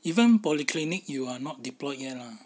even polyclinic you are not deployed yet lah